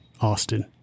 Austin